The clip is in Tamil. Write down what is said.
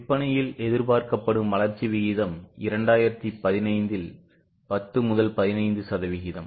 விற்பனையில் எதிர்பார்க்கப்படும் வளர்ச்சி விகிதம் 2015 இல் 10 15 சதவிகிதம்